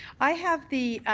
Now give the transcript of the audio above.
i have the